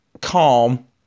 calm